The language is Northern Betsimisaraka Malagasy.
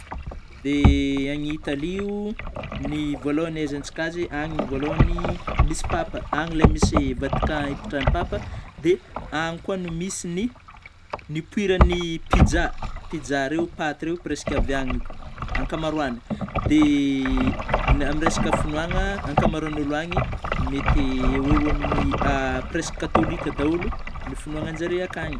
De any Italia o ny vôalohany ahaizantsika azy any voalohany misy Papa any lay misy vatican hipetrahany Papa, dia any koa no misy ny nipoiran'ny pizza, pizza reo, paty reo presque avy any ankoamaroany, dia amin'ny resaka finoagna ankamaroan'ôlo agny mety eoeo amin'ny presque katolika daholo ny finoagnanjare akany.